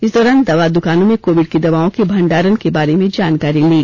इस दौरान दवा दुकानों में कोविड की दवाओं के भंडारण के बारे जानकारी ली